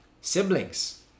Siblings